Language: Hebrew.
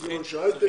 צריכים אנשי הייטק,